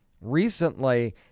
recently